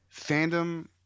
fandom